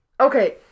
Okay